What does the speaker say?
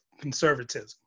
conservatism